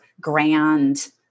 grand